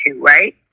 right